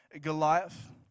Goliath